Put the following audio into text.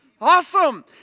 Awesome